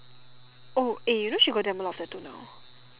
oh eh you know she got damn a lot of tattoo now